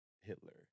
Hitler